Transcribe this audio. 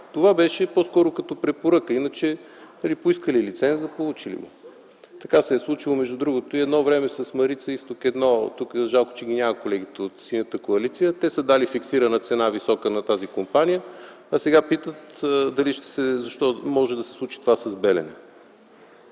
Това беше по-скоро като препоръка. Иначе – поискали лиценз, получили го. Така се е случило между другото и едно време с „Марица изток 1”. Жалко, че ги няма колегите от Синята коалиция, те са дали фиксирана висока цена на тази компания, а сега питат защо може да се случи това с „Белене”.